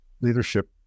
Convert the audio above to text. leadership